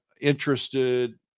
interested